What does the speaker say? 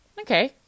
Okay